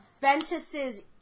Ventus's